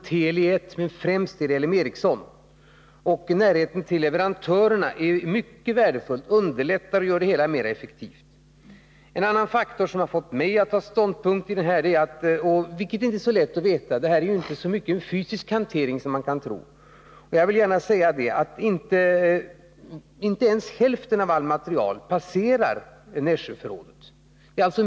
Tele är ett, men främst arbetar man med L M Ericsson. Närheten till leverantörerna är mycket värdefull, underlättar och gör det hela mera effektivt. Det här är inte så mycket en fysisk hantering, som man skulle kunna tro, men jag vill gärna säga att inte ens hälften av allt material passerar Nässjöförrådet.